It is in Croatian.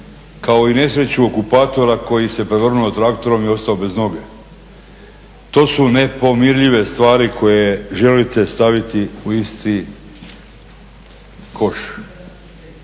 kao i nesreću okupatora koji se prevrnuo traktorom i ostao bez noge. To su nepomirljive stvari koje želite staviti u isti koš.